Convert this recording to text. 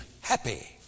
happy